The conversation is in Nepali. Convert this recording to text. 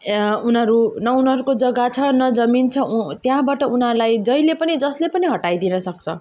उनीहरू न उनीहरूको जग्गा छ न जमिन छ त्यहाँबाट उनीहरूलाई जहिले पनि जसले पनि हटाइ दिनसक्छ